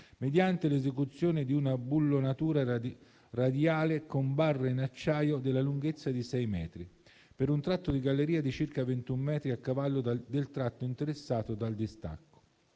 mediante l'esecuzione di una bullonatura radiale con barre in acciaio della lunghezza di 6 metri per un tratto di galleria di circa 21 metri a cavallo del tratto interessato dal distacco.